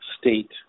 state